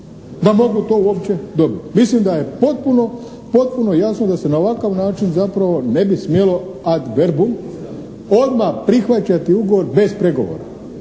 da mogu to uopće dobiti. Mislim da je potpuno jasno da se na ovakav način zapravo ne bi smjelo ad verbum odmah prihvaćati ugovor bez pregovora.